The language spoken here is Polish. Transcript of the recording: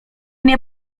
nie